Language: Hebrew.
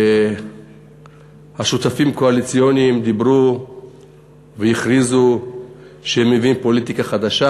השותפים הקואליציוניים דיברו והכריזו שהם מביאים פוליטיקה חדשה